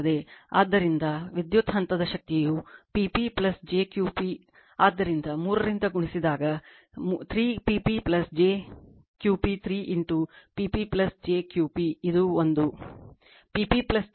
ಆದ್ದರಿಂದ ವಿದ್ಯುತ್ ಹಂತದ ಶಕ್ತಿಯು P p jQ p ಆದ್ದರಿಂದ 3 ರಿಂದ ಗುಣಿಸಿದಾಗ 3 P p j Q p 3 P p jQ p ಇದು ಒಂದು